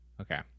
Okay